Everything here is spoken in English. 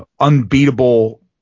unbeatable